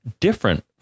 different